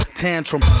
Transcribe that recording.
tantrum